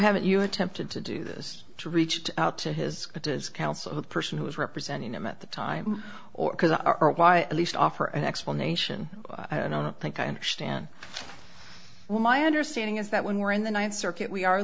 haven't you attempted to do this to reach out to his counsel the person who was representing him at the time or because our at least offer an explanation i don't think i understand well my understanding is that when we're in the ninth circuit we are